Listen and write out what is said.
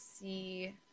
see